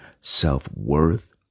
self-worth